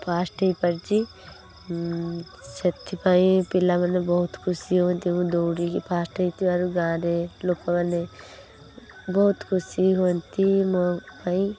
first ହେଇପାରିଛି ସେଥିପାଇଁ ପିଲାମାନେ ବହୁତ ଖୁସି ହୁଅନ୍ତି ମୁଁ ଦୌଡ଼ିକି ଫାଷ୍ଟ ହେଇଥିବାରୁ ଗାଁରେ ଲୋକମାନେ ବହୁତ ଖୁସି ହୁଅନ୍ତି ମୋ ପାଇଁ